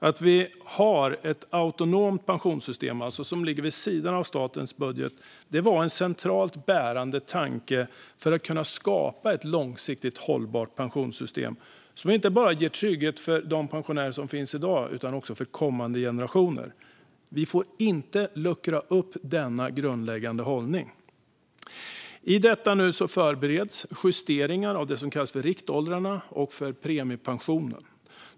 Att vi har ett autonomt pensionssystem, alltså ett som ligger vid sidan av statens budget, var en centralt bärande tanke för att kunna skapa ett långsiktigt hållbart pensionssystem som inte bara ger trygghet för de pensionärer som finns i dag utan också för kommande generationer. Vi får inte luckra upp denna grundläggande hållning. I detta nu förbereds justeringar av det som kallas för riktåldrarna och premiepensionen.